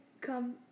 come